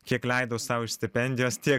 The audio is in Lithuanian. kiek leidau sau iš stipendijos tiek